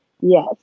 Yes